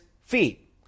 feet